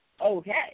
okay